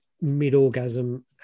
mid-orgasm